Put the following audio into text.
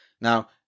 Now